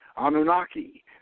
Anunnaki